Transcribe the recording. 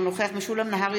אינו נוכח משולם נהרי,